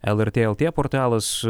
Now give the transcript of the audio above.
lrt lt portalas